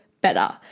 better